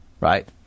right